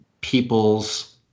people's